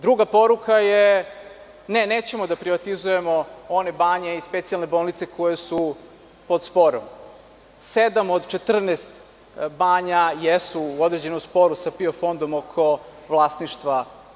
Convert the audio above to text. Druga poruka je nećemo da privatizujemo one banje i specijalne bolnice koje su pod sporom, a sedam od 14 banja su u određenom sporu sa PIO fondom oko vlasništva.